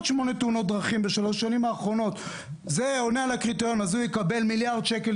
שמונה תאונות בשלוש השנים האחרונות כן יקבל מיליארד שקל,